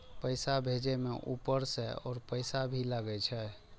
पैसा भेजे में ऊपर से और पैसा भी लगे छै?